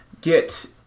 get